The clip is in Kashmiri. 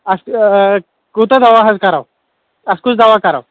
اَتھ کوٗتاہ دَوا حظ کَرو اَتھ کُس دَوا کَرو